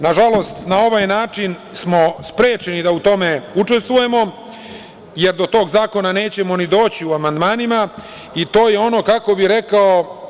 Nažalost, na ovaj način smo sprečeni da u tome učestvujemo, jer do tog zakona nećemo ni doći u amandmanima, i to je ono, kako bi rekao